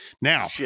Now-